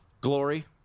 glory